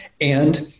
And-